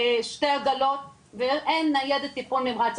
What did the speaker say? שתי עגלות ואין ניידת טיפול נמרץ.